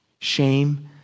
Shame